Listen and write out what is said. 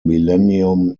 millennium